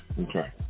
okay